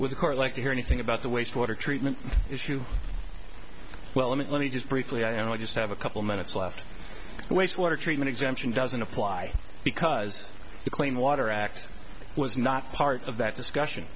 with a court like to hear anything about the waste water treatment issue well let me let me just briefly i only just have a couple minutes left the waste water treatment exemption doesn't apply because the claim water act was not part of that discussion